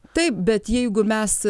taip bet jeigu mes